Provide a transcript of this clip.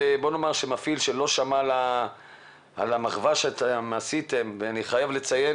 נאמר שמפעיל שלא שמע על המחווה שאתם עשיתם ואני חייב לציין